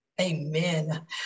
Amen